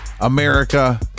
America